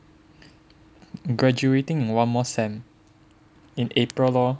graduating in one more sem in April lor